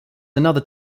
another